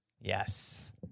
Yes